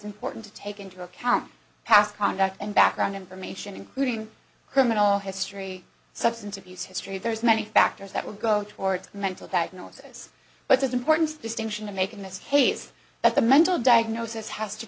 important to take into account past conduct and background information including criminal history substance abuse history there's many factors that will go towards mental that analysis but it's important distinction to make in this case that the mental diagnosis has to